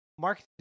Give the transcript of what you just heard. Mark